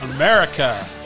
America